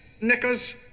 knickers